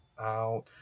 out